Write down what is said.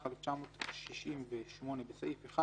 התשכ"ח-1968 בסעיף 1,